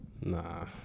Nah